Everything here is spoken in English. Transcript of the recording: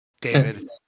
David